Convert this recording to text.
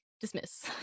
dismiss